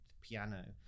piano